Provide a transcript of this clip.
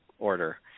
order